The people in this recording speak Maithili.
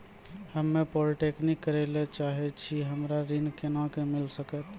हम्मे पॉलीटेक्निक करे ला चाहे छी हमरा ऋण कोना के मिल सकत?